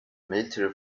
military